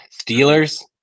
Steelers